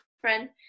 friend